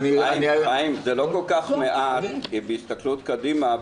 זה לא כל כך מעט בהסתכלות קדימה,